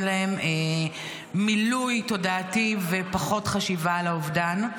להם מילוי תודעתי ופחות חשיבה על האובדן.